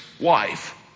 wife